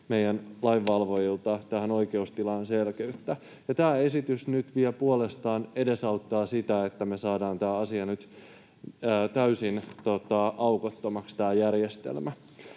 meidän lainvalvojilta tähän oikeustilaan selkeyttä. Tämä esitys nyt vielä puolestaan edesauttaa sitä, että me saadaan tämä järjestelmä nyt täysin aukottomaksi. Kun kuuntelee